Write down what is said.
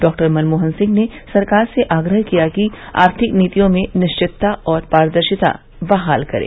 doctor Manmohan Singh ने सरकार से आग्रह किया कि आर्थिक नीतियों में निश्चितता और पारदर्शिता बहाल करे